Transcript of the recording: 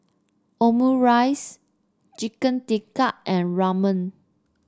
Omurice Chicken Tikka and Ramen